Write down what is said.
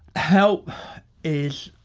help is,